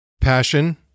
Passion